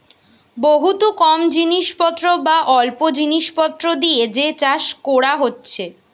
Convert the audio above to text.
বহুত কম জিনিস পত্র বা অল্প জিনিস পত্র দিয়ে যে চাষ কোরা হচ্ছে